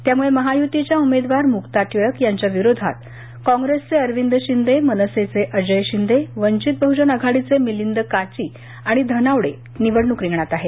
त्यामुळे महायुतीच्या उमेदवार मुक्ता टिळक यांच्याविरोधात काँग्रेसचे अरविंद शिंदे मनसेचे अजय शिंदे वंचित बह्जन आघाडीचे मिलिंद काची आणि धनावडे निवडणूक रिंगणात आहेत